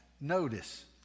notice